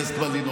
יש מצפון.